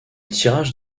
tirage